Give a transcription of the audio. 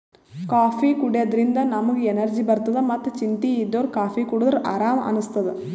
coffee ಕುಡ್ಯದ್ರಿನ್ದ ನಮ್ಗ್ energy ಬರ್ತದ್ ಮತ್ತ್ ಚಿಂತಿ ಇದ್ದೋರ್ ಕಾಫೀ ಕುಡದ್ರ್ ಆರಾಮ್ ಅನಸ್ತದ್